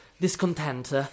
discontent